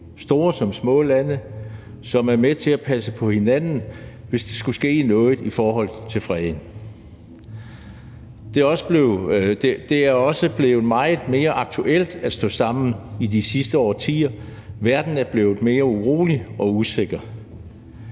store som små lande, som er med til at passe på hinanden, hvis der skulle ske noget i forhold til freden. Det er også blevet meget mere aktuelt at stå sammen i de sidste årtier. Verden er blevet mere urolig og usikker.